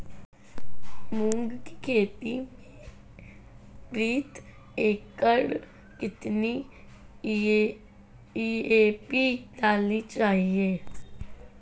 मूंग की खेती में प्रति एकड़ कितनी डी.ए.पी डालनी चाहिए?